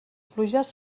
pluges